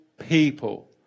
people